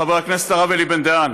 חבר הכנסת הרב אלי בן-דהן,